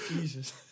jesus